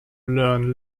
learn